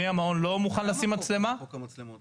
ואם המעון לא מוכן לשים מצלמה --- יש את חוק המצלמות.